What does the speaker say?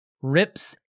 rips